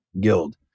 guild